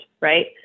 right